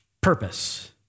Purpose